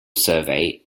survey